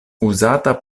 uzata